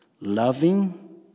loving